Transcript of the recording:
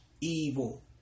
evil